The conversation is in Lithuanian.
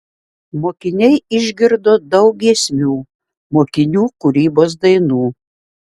mokiniai išgirdo daug giesmių mokinių kūrybos dainų